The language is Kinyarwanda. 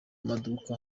maduka